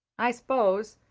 i s'pose,